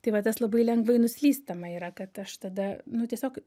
tai va tas labai lengvai nuslystama yra kad aš tada nu tiesiog